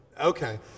Okay